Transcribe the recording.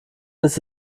ist